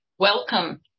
Welcome